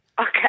Okay